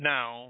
Now